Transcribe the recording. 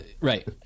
Right